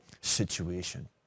situation